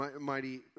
mighty